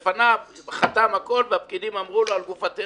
זה שהיה לפניו חתם הכול והפקידים אמרו לו: על גופתנו,